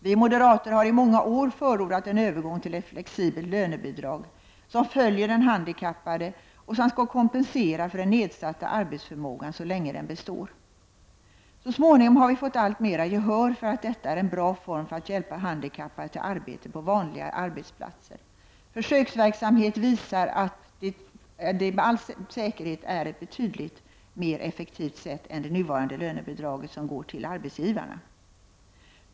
Vi moderater har i många år förordat en övergång till flexibla lönebidrag som följer den handikappade och som skall kompensera för den nedsatta arbetsförmågan så länge den består. Så småningom har vi fått alltmera gehör för att detta är en bra form för att hjälpa handikappade till arbete på vanliga arbetsplatser. Försöksverksamhet visar att detta med all säkerhet är ett betydligt mer effektivt sätt än det nuvarande lönebidraget, som går till arbetsgivarna.